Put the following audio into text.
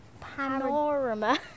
panorama